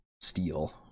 steel